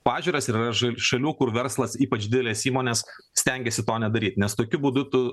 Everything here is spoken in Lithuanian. pažiūras yra ža šalių kur verslas ypač didelės įmonės stengiasi to nedaryt nes tokiu būdu tu